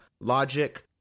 logic